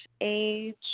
age